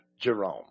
jerome